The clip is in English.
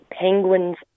Penguin's